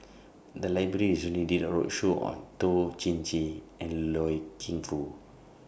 The Library recently did A roadshow on Toh Chin Chye and Loy Keng Foo